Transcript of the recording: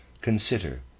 consider